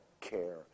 care